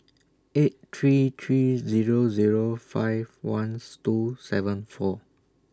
eight three three Zero Zero five Ones two seven four